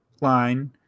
line